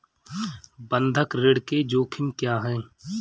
बंधक ऋण के जोखिम क्या हैं?